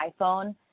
iPhone